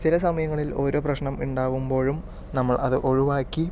ചില സമയങ്ങളിൽ ഓരോ പ്രശ്നം ഉണ്ടാവുമ്പോഴും നമ്മൾ അത് ഒഴിവാക്കി